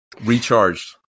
Recharged